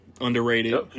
underrated